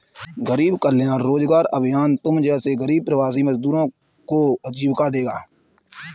गरीब कल्याण रोजगार अभियान तुम जैसे गरीब प्रवासी मजदूरों को आजीविका देगा